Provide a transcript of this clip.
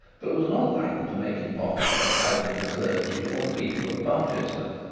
but was not likely to make him popular either with the clergy or the people of barchester.